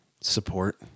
Support